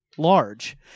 Large